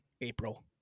April